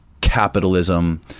capitalism